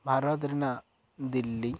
ᱵᱷᱟᱨᱚᱛ ᱨᱮᱱᱟᱜ ᱫᱤᱞᱞᱤ